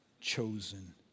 chosen